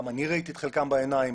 גם אני ראיתי את חלקן בעיניים,